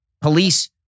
police